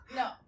no